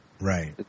right